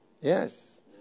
Yes